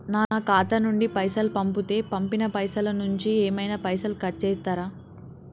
నా ఖాతా నుండి పైసలు పంపుతే పంపిన పైసల నుంచి ఏమైనా పైసలు కట్ చేత్తరా?